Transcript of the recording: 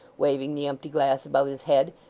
waving the empty glass above his head,